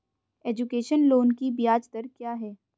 Education loan की ब्याज दर क्या है?